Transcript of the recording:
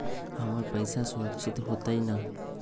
हमर पईसा सुरक्षित होतई न?